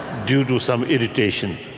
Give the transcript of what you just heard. due to some irritation.